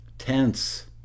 Tense